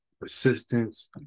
persistence